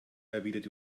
erwidert